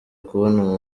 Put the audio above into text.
kubona